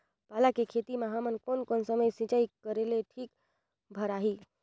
पाला के खेती मां हमन कोन कोन समय सिंचाई करेले ठीक भराही?